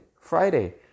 Friday